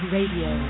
Radio